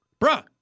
Bruh